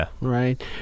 right